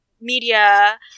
media